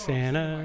Santa